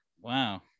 wow